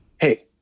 hey